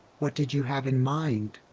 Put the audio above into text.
what did you have in mind?